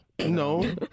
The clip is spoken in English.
no